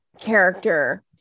character